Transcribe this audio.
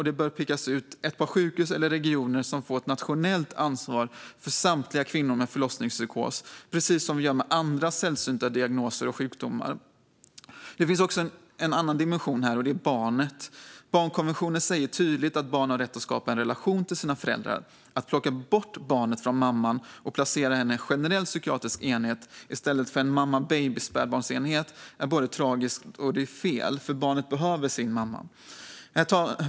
Det behöver pekas ut ett par sjukhus eller regioner som får ett nationellt ansvar för samtliga kvinnor med förlossningspsykos, precis som vi gör med andra sällsynta diagnoser och sjukdomar. Det finns också en annan dimension här, och det är barnet. Barnkonventionen säger tydligt att barn har rätt att skapa en relation till sina föräldrar. Att plocka bort barnet från mamman och placera mamman på en generell psykiatrisk enhet i stället för på en mamma och spädbarnsenhet är både tragiskt och fel, för barnet behöver sin mamma.